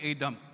Adam